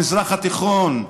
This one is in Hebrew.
במזרח התיכון,